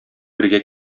бергә